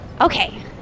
Okay